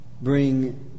bring